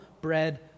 bread